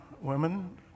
women